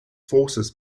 forces